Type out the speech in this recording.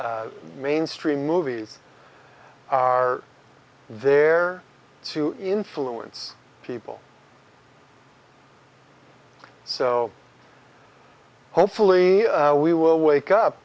the mainstream movies are there to influence people so hopefully we will wake up